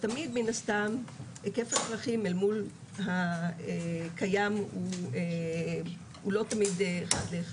ותמיד מן הסתם היקף הצרכים אל מול הקיים הוא לא תמיד אחד לאחד.